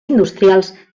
industrials